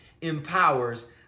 empowers